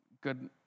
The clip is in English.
good